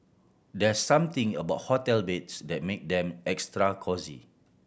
there something about hotel beds that make them extra cosy